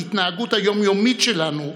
בהתנהגות היום-יומית שלנו,